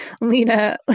Lena